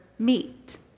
meet